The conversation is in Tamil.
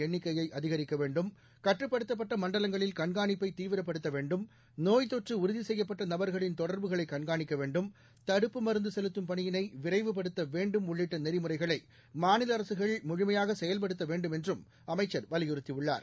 எண்ணிக்கையை அதிகரிக்கவேண்டும் பரிசோதனைகளின் கட்டுப்படுத்தப்பட்டமண்டலங்களில் கண்காணிப்பைதீவிரப்படுத்தவேண்டும் நோய்த்தொற்றுஉறுதிசெய்யப்பட்டநபர்களின் தொடர்புகளைகண்காணிக்கவேண்டும் தடுப்புப் மருந்துசெலுத்தும் பணியினைவிரைவுப்படுத்தவேண்டும் உள்ளிட்டநெறிமுறைகளைமாநிலஅரசுகள் முழுமையாகசெயல்படுத்தவேண்டும் என்றும் அமைச்சர் வலியுறுத்திஉள்ளார்